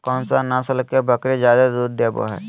कौन सा नस्ल के बकरी जादे दूध देबो हइ?